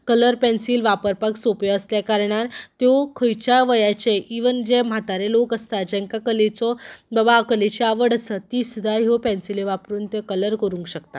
colour pencil वापरपाक सोंप्यो आसल्या कारणान त्यो कोण खंयच्या वयाचें इवन जे म्हातारे लोक आसता जेंकां कलेचो बाबा कलेची आवड आसता ती सुद्दां ह्यो पेन्सिल्यो वापरून तीं कलर करूंक शकता